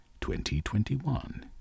2021